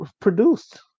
produced